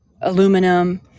aluminum